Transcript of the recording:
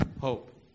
hope